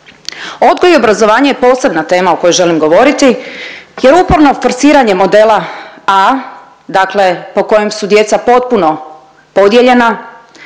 Odgoj i obrazovanje je posebna tema o kojoj želim govoriti jer uporno forsiranje modela A dakle po kojem su djeca potpuno podijeljena